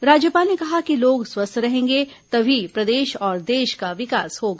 राज्यपाल ने कहा कि लोग स्वस्थ रहेंगे तभी प्रदेश और देश का विकास होगा